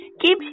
keep